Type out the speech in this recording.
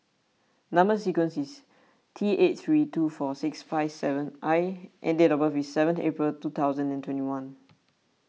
Number Sequence is T eight three two four six five seven I and date of birth is seven April two thousand and twenty one